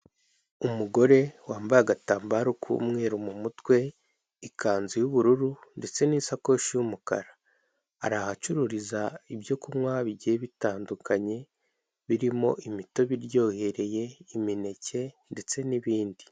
Umugore wambaye agatambaro k'umweru mu mutwe ikanzu y'ubururu ndetse n'isakoshi y'umukara ari ahacururiza ibyo kunywa bigiye bitandukanye birimo imitobe iryohereye imineke ndetse n'ibindi.